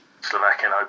Slovakian